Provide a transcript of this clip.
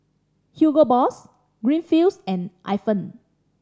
Hugo Boss Greenfields and Ifan